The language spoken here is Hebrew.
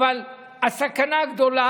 אבל הסכנה גדולה,